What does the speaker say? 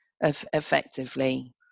effectively